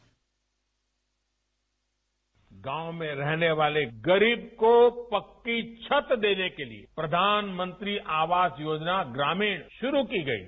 bite गांव में रहने वाले गरीब को पक्की छत देने के लिए प्रधानमंत्री आवास योजना ग्रामीण शुरू की गई है